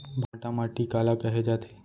भांटा माटी काला कहे जाथे?